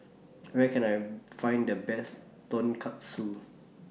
Where Can I Find The Best Tonkatsu